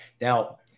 now